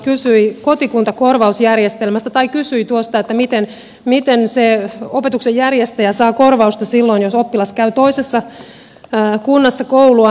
eli edustaja mattila kysyi tuosta että miten se opetuksen järjestäjä saa korvausta silloin jos oppilas käy toisessa kunnassa koulua